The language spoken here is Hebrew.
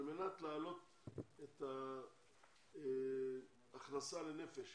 על מנת להעלות את ההכנסה לנפש